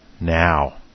now